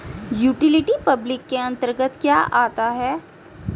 Utility public के अंतर्गत क्या आता है?